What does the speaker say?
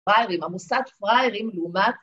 ‫פריירים המוסד פריירים לעומת...